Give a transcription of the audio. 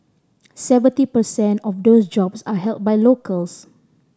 seventy per cent of those jobs are held by locals